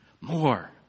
more